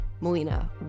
Melina